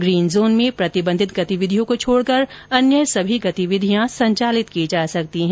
green zone में प्रतिबंधित गतिविधियों को छोड़कर अन्य सभी गतिविधियां संचालित की जा सकती हैं